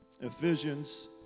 Ephesians